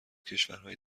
کشورهای